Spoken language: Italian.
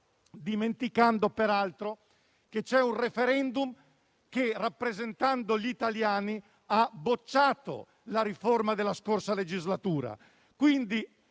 dimenticando peraltro che c'è un *referendum* che, rappresentando gli italiani, ha bocciato la riforma della scorsa legislatura. Quindi,